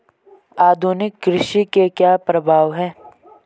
आधुनिक कृषि के क्या प्रभाव हैं?